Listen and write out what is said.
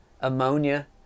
ammonia